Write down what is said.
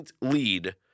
lead